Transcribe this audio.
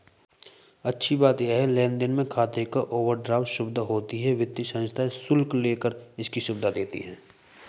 अच्छी बात ये है लेन देन खाते में ओवरड्राफ्ट सुविधा होती है वित्तीय संस्थाएं शुल्क लेकर इसकी सुविधा देती है